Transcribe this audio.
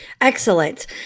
Excellent